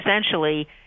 essentially